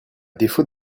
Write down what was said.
défaut